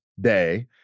day